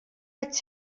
vaig